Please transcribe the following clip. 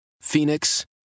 Phoenix